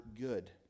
good